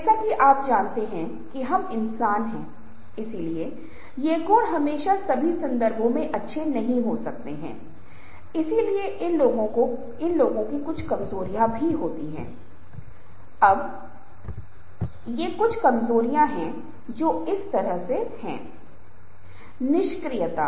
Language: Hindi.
परिणामस्वरूप ऐसा होता है कि हम अलग थलग पड़ते जा रहे हैं और हम अपने संचार व्यवहार में दिन ब दिन बहुत कम होते जा रहे हैं कभी कभी मैं मजाक में कहता हूं कि हम वह बन जाते हैं जिसे एसएमएस हमारे संचार में कम कहा जाता है